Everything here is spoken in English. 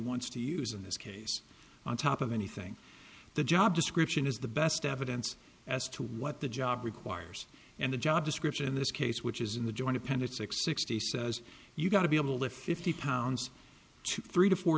wants to use in this case on top of anything the job description is the best evidence as to what the job requires and the job description in this case which is in the joint appended six sixty says you got to be able to fifty pounds to three to four